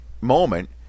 moment